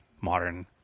modern